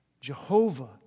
Jehovah